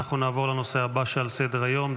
נעבור לנושא הבא שעל סדר-היום,